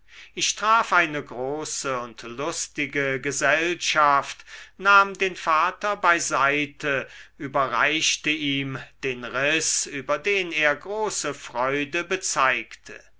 ich traf eine große und lustige gesellschaft nahm den vater beiseite überreichte ihm den riß über den er große freude bezeigte